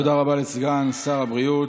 תודה רבה לסגן שר הבריאות.